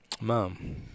Mom